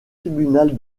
tribunal